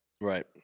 Right